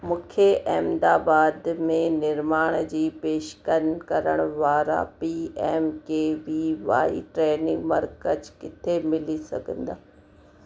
मूंखे अहमदाबाद में निर्माण जी पेशकनि करण वारा P M K V Y training मर्कज़ किथे मिली सघंदा